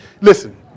Listen